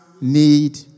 need